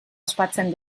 ospatzen